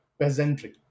peasantry